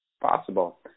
Possible